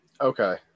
Okay